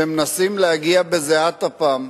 שמנסים להגיע בזיעת אפיהם,